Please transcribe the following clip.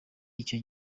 icyo